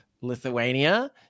Lithuania